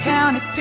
County